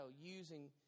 using